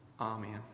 Amen